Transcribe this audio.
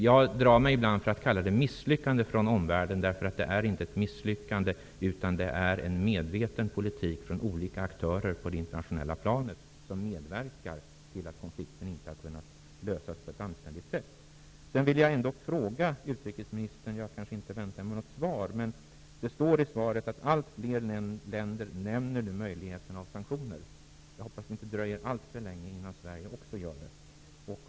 Jag drar mig ibland för att kalla det misslyckande från omvärlden, därför att det inte är ett misslyckande, utan det är en medveten politik från olika aktörer på det internationella planet som medverkar till att konflikten inte har kunnat lösas på ett anständigt sätt. Även om jag kanske inte väntar mig något svar, vill jag ändå ta upp en fråga med utrikesministern. Det står i svaret: ''Allt fler länder nämner möjligheten av sanktioner.'' Jag hoppas att det inte dröjer alltför länge innan Sverige också gör det.